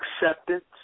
acceptance